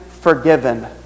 forgiven